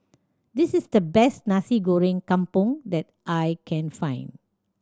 this is the best Nasi Goreng Kampung that I can find